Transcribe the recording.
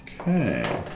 Okay